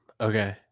Okay